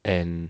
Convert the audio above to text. and